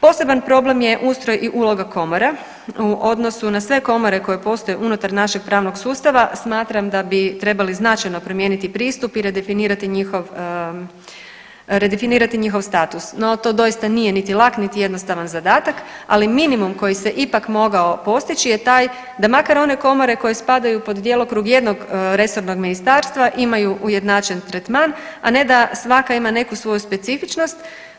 Poseban problem je ustroj i uloga komora u odnosu na sve komore koje postoje unutar našeg pravnog sustava smatram da bi trebali značajno promijeniti pristup i redefinirati njihov, redefinirati njihov status, no to doista nije niti lak niti jednostavan zadatak, ali minimum koji se ipak mogao postići je taj da makar one komore koje spadaju pod djelokrug jednog resornog ministarstva imaju ujednačen tretman, a ne da svaka ima neku svoju specifičnost.